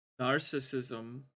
Narcissism